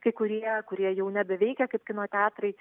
kai kurie kurie jau nebeveikia kaip kino teatrai